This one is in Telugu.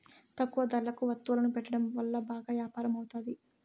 తక్కువ ధరలకు వత్తువులను పెట్టడం వల్ల బాగా యాపారం అవుతాది